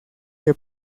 que